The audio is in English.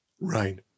Right